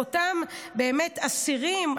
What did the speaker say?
אותם אסירים,